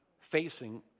facing